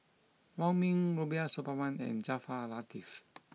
Wong Ming Rubiah Suparman and Jaafar Latiff